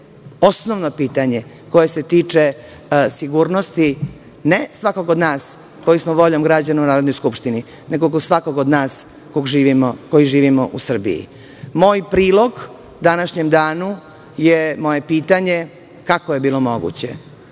osnovno pitanje koje se tiče sigurnosti, ne svakog od nas koji smo voljom građana u Narodnoj skupštini, nego svakog od nas koji živimo u Srbiji. Moj prilog današnjem danu je moje pitanje - kako je bilo moguće